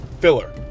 filler